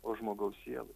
o žmogaus sielai